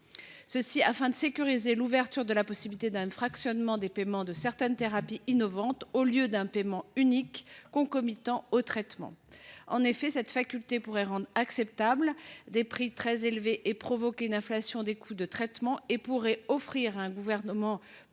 est de sécuriser l’ouverture de la possibilité d’un fractionnement des paiements de certaines thérapies innovantes, au lieu d’un paiement unique concomitant au traitement. En effet, cette faculté pourrait rendre acceptables des prix très élevés et provoquer une inflation des coûts de traitement. Un gouvernement peu